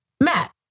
Matt